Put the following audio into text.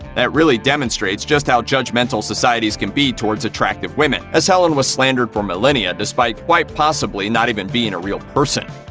that really demonstrates just how judgmental societies can be towards attractive women, as helen was slandered for millennia despite quite possibly not even being a real person.